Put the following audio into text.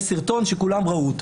יש סרטון שכולם ראו.